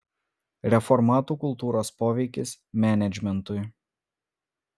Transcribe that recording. reformatų kultūros poveikis menedžmentui